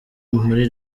muri